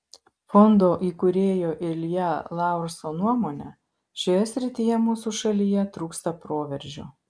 fondo įkūrėjo ilja laurso nuomone šioje srityje mūsų šalyje trūksta proveržio